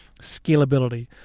Scalability